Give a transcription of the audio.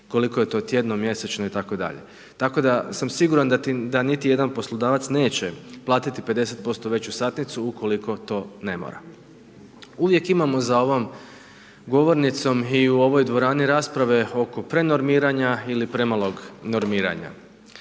koliko je to tjedno, mjesečno itd. Tako da sam siguran da niti jedan poslodavac neće plati 50% veću satnicu ukoliko to ne mora. Uvijek imamo za ovom govornicom i u ovoj dvorani rasprave oko prenormiranja ili premalog normiranja.